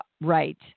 Right